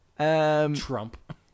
Trump